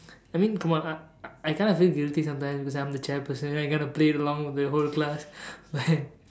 I mean come on I I kinda feel guilty sometimes because I'm the chair person and I got to play along with the whole class right